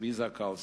"ויזה כאל",